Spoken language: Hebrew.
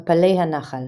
לכנרת.